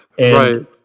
Right